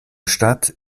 stadt